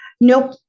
nope